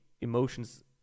emotions